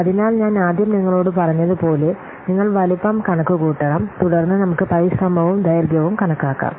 അതിനാൽ ഞാൻ ആദ്യം നിങ്ങളോട് പറഞ്ഞതുപോലെനിങ്ങൾ വലുപ്പം കണക്കുകൂട്ടണം തുടർന്ന് നമുക്ക് പരിശ്രമവും ദൈർഘ്യവും കണക്കാക്കാം